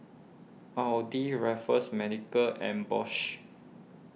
Audi Raffles Medical and Bosch